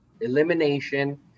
elimination